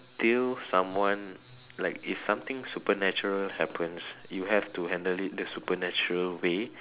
till someone like if something supernatural happens you have to handle it the supernatural way